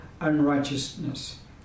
unrighteousness